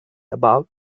about